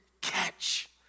catch